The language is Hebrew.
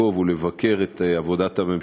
לעקוב אחריה ולבקר אותה.